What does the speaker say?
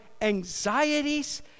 anxieties